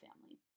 family